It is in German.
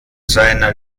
seiner